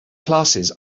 classes